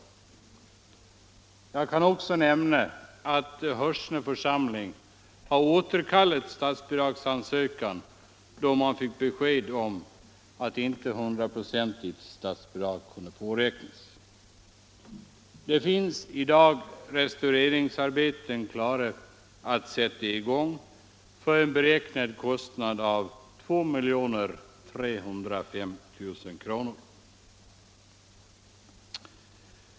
Jag kan också tala om att Hörsne församling har återkallat statsbidragsansökan då man fick besked om att inte 100-procentigt statsbidrag kunde påräknas. Det finns i dag restaureringsarbeten klara att sätta i gång för en beräknad kostnad av 2 305 000 kr.